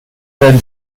werden